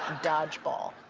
dodgeball.